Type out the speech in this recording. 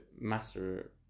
Master